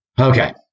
Okay